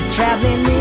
Traveling